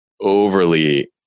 overly